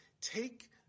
take